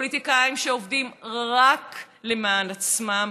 פוליטיקאים שעובדים רק למען עצמם,